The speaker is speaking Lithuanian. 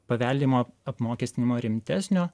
paveldimo apmokestinimo rimtesnio